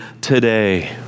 today